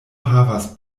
havas